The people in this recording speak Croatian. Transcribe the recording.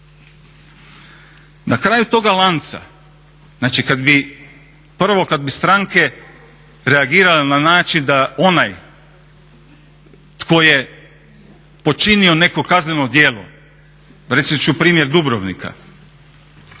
Na kraju toga lanca, znači prvo kad bi stranke reagirale na način da onaj tko je počinio neko kazneno djelo, reći ću primjer Dubrovnika.